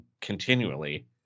continually